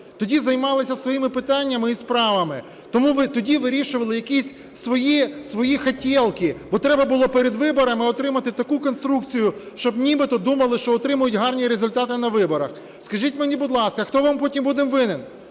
тоді займалися своїми питаннями і справами. Тоді вирішували якісь свої "хотелки", бо треба було перед виборами отримати таку конструкцію, щоб нібито думали, що отримають гарні результати на виборах. Скажіть мені, будь ласка, а хто вам потім буде винен?